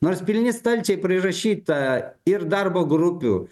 nors pilni stalčiai prirašyta ir darbo grupių